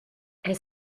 est